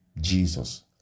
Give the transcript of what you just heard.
Jesus